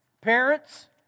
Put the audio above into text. parents